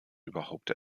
überhaupt